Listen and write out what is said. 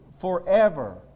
forever